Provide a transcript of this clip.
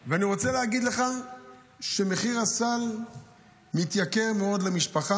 ואני רוצה להגיד לך שמחיר הסל מתייקר מאוד למשפחה,